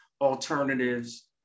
alternatives